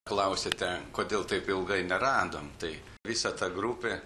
klausiate kodėl taip ilgai neradom tai visa ta grupė